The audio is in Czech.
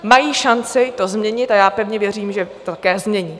Mají šanci to změnit a já pevně věřím, že to také změní.